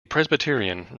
presbyterian